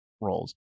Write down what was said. roles